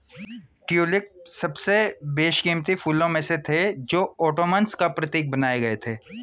tulip सबसे बेशकीमती फूलों में से थे जो ओटोमन्स का प्रतीक बन गए थे